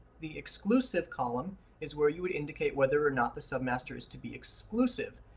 the exclusive column is where you would indicate whether or not the submaster is to be exclusive.